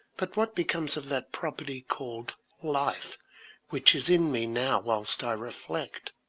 but what becomes of that property called life which is in me now whilst i reflect,